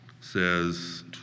says